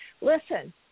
Listen